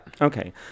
Okay